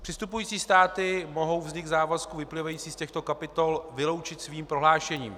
Přistupující státy mohou vznik závazků vyplývajících z těchto kapitol vyloučit svým prohlášením.